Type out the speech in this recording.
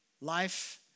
life